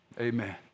Amen